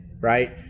right